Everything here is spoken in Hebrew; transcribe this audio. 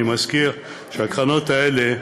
אני מזכיר שהקרנות האלה,